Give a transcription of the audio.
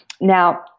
now